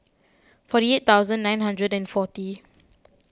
forty eight thousand nine hundred and forty